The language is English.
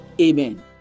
Amen